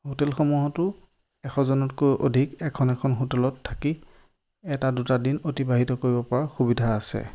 হোটেলসমূহতো এশজনতকৈ অধিক এখন এখন হোটেলত থাকি এটা দুটা দিন অতিবাহিত কৰিব পৰাৰ সুবিধা আছে